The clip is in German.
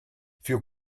für